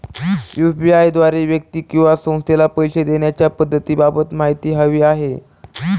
UPI द्वारे व्यक्ती किंवा संस्थेला पैसे देण्याच्या पद्धतींबाबत माहिती हवी आहे